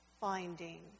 finding